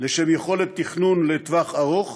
לשם יכולת תכנון לטווח ארוך,